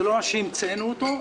זה לא שהמצאנו אותו,